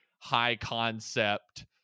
high-concept